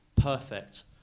perfect